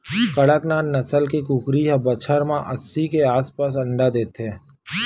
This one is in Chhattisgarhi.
कड़कनाथ नसल के कुकरी ह बछर म अस्सी के आसपास अंडा देथे